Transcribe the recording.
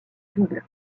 double